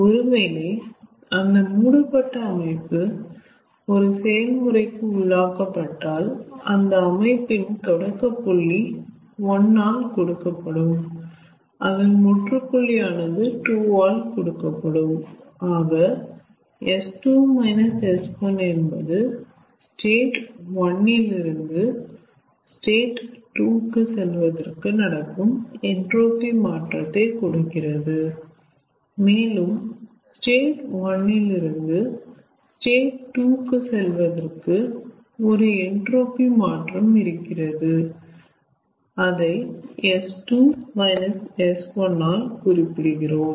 ஒருவேளை அந்த மூடப்பட்ட அமைப்பு ஒரு செயல்முறைக்கு உள்ளாக்கப்பட்டால் அதன் அமைப்பின் தொடக்கப்புள்ளி 1 ஆல் கொடுக்கப்படும் அதன் முற்றுப்புள்ளி ஆனது 2 ஆல் கொடுக்கப்படும் ஆக என்பது ஸ்டேட் 1 இல் இருந்து ஸ்டேட் 2 கு செல்லவதற்கு நடக்கும் என்ட்ரோபி மாற்றத்தை கொடுக்கிறது மேலும் ஸ்டேட் 1 இல் இருந்து ஸ்டேட் 2 கு செல்லவதற்கு ஒரு என்ட்ரோபி மாற்றம் இருக்கிறது அதை S2 S1 ஆல் குறிப்பிடுகிறோம்